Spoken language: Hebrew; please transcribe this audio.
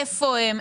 איפה הם?